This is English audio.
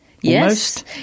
Yes